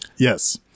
Yes